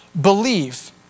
believe